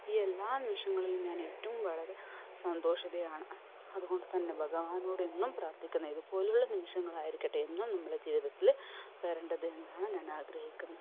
ഈ എല്ലാ നിമിഷങ്ങളിലും ഞാൻ ഏറ്റവും വളരെ സന്തോഷിതയാണ് അതു കൊണ്ട് തന്നെ ഭഗവാനോട് എന്നും പ്രാർത്ഥിക്കുന്നു ഇതു പോലുള്ള നിമിഷങ്ങളായിരിക്കട്ടെ എന്നും നമ്മുടെ ജീവിതത്തിൽ വരേണ്ടത് എന്നാണ് ഞാൻ ആഗ്രഹിക്കുന്നു